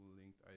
linked